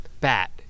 Bat